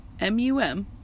M-U-M